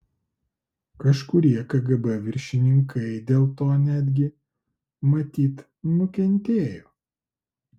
kažkurie kgb viršininkai dėl to netgi matyt nukentėjo